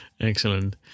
excellent